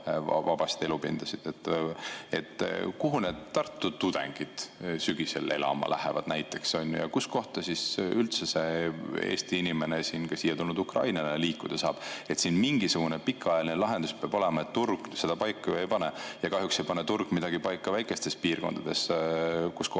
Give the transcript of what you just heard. vabasid elupindasid. Kuhu need Tartu tudengid sügisel elama lähevad näiteks? Ja kuhu kohta siis üldse see Eesti inimene siin, ka siia tulnud ukrainlane liikuda saab? Mingisugune pikaajaline lahendus peab siin olema, turg seda paika ju ei pane ja kahjuks ei pane turg midagi paika väikestes piirkondades, kus lihtsalt